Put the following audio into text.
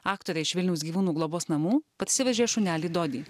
aktorė iš vilniaus gyvūnų globos namų parsivežė šunelį dodį